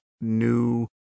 new